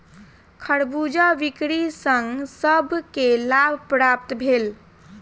खरबूजा बिक्री सॅ सभ के लाभ प्राप्त भेल